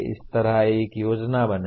इसी तरह एक योजना बनाएं